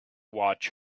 watch